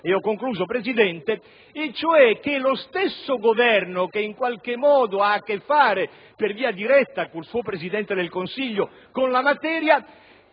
visto da vicino), e cioè che lo stesso Governo, che in qualche modo ha a che fare per via diretta con il suo Presidente del Consiglio con la materia,